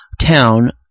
town